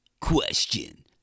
question